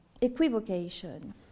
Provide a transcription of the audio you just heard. equivocation